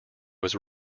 was